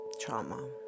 trauma